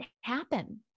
happen